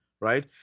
right